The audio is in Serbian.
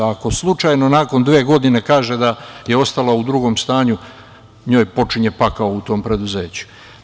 Ako slučajno nakon dve godine kaže da je ostala u drugom stanju, njoj počinje pakao u tom preduzeću.